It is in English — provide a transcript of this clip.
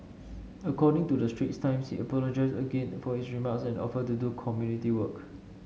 according to the Straits Times he apologised again for his remarks and offered to do community work